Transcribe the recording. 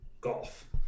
golf